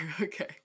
Okay